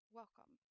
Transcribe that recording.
welcome